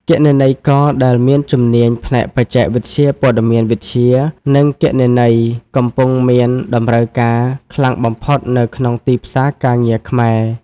គណនេយ្យករដែលមានជំនាញផ្នែកបច្ចេកវិទ្យាព័ត៌មានវិទ្យា និងគណនេយ្យ កំពុងមានតម្រូវការខ្លាំងបំផុតនៅក្នុងទីផ្សារការងារខ្មែរ។